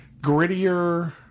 grittier